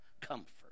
comfort